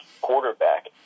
quarterback